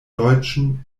deutschen